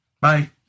bye